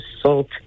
salt